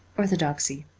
orthodoxy.